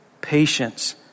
patience